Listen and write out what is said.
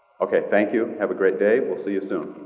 okay, thank you. have a great day. we'll see you so